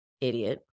Idiot